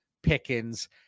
Pickens